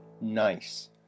Nice